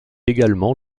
également